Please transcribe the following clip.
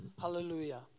Hallelujah